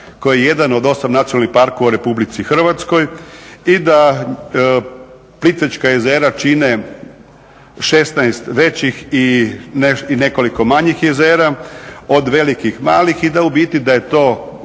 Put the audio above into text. koji je jedan od osam nacionalnih parkova u Republici Hrvatskoj i da Plitvička jezera čine 16 većih i nekoliko manjih jezera, od velikih, malih i da ubiti da je to